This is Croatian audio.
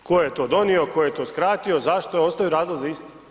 Tko je to donio, tko je to skratio, zašto, ostaju razlozi isti.